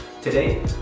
Today